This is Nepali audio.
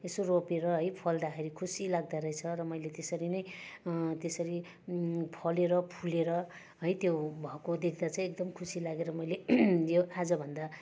यसो रोपेर है फल्दाखेरि खुसी लाग्दारहेछ मैले त्यसरी नै त्यसरी फलेर फुलेर है त्यो भएको देख्दा चाहिँ एकदम खुसी लागेर मैले यो आजभन्दा